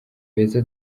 beza